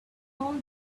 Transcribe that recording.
all